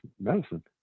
medicine